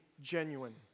genuine